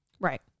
Right